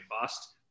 bust